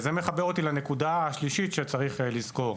זה מחבר אותי לנקודה השלישית שיש לזכור.